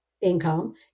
income